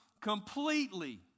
completely